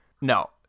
No